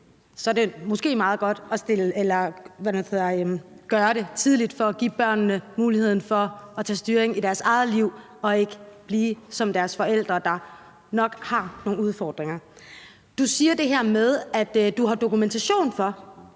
Så det er måske meget godt at gøre det tidligt for at give børnene muligheden for at tage styringen i deres eget liv og ikke blive som deres forældre, der nok har nogle udfordringer. Du siger det her med, at du har dokumentation for,